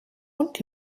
und